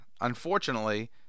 Unfortunately